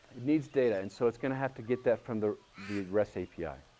it needs data. and so it's going to have to get that from the the rest api,